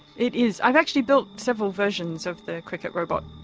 it is. i've actually built several versions of the cricket robot,